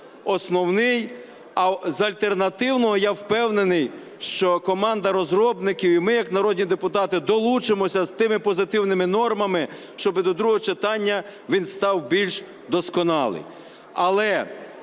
а з альтернативного, я впевнений, що команда розробників і ми як народні депутати долучимося з тими позитивними нормами, щоб до другого читання він став більш досконалим.